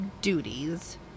duties